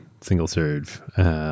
single-serve